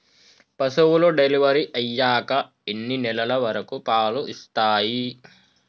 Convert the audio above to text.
పశువులు డెలివరీ అయ్యాక ఎన్ని నెలల వరకు పాలు ఇస్తాయి?